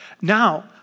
now